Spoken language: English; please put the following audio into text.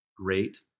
great